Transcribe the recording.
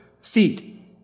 feet